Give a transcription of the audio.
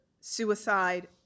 suicide